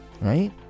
right